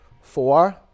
Four